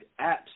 apps